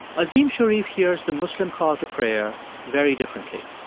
azim shariff hears the muslim call to prayer very differently.